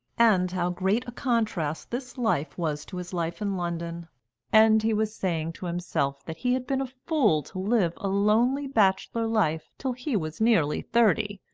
and how great a contrast this life was to his life in london and he was saying to himself that he had been a fool to live a lonely bachelor life till he was nearly thirty,